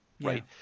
right